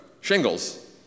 Shingles